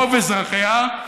רוב אזרחיה,